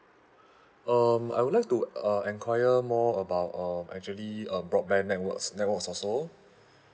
um I would like to uh enquire more about um actually uh broadband networks networks also